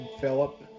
Philip